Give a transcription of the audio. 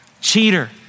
cheater